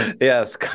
Yes